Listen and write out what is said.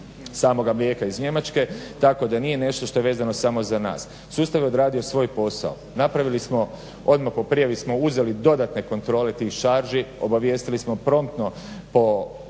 samoga mlijeka iz Njemačke. Tako da nije nešto što je vezano samo za nas. Sustav je odradio svoj posao, napravili smo odmah, o prijavi smo uzeli dodatne kontrole tih šarži, obavijestili smo promptno po